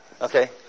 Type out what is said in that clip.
Okay